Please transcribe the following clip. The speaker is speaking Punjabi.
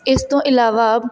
ਇਸ ਤੋਂ ਇਲਾਵਾ